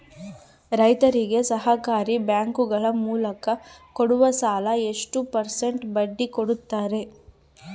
ರೈತರಿಗೆ ಸಹಕಾರಿ ಬ್ಯಾಂಕುಗಳ ಮೂಲಕ ಕೊಡುವ ಸಾಲ ಎಷ್ಟು ಪರ್ಸೆಂಟ್ ಬಡ್ಡಿ ಕೊಡುತ್ತಾರೆ?